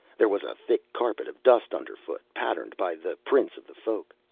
there was a thick carpet of dust underfoot, patterned by the prints of the folk.